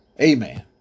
Amen